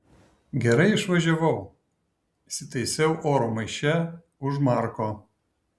gerai išvažiavau įsitaisiau oro maiše už marko